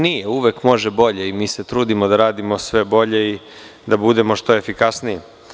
Nije, uvek može bolje i mi se trudimo da radimo sve bolje i da budemo što efikasniji.